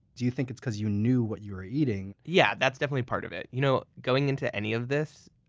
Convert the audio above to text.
do you think it's because you knew what you were eating? yeah that's definitely part of it. you know going into any of this,